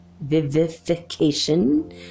vivification